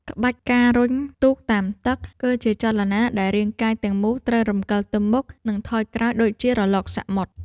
ក្បាច់ ការរុញទូកតាមទឹក គឺជាចលនាដែលរាងកាយទាំងមូលត្រូវរំកិលទៅមុខ និងថយក្រោយដូចជារលកសមុទ្រ។